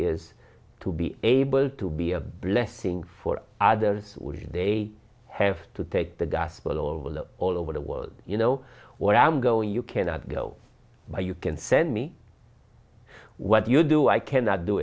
is to be able to be a blessing for others when they have to take the gospel or look all over the world you know what i am going you cannot go by you can send me what you do i cannot do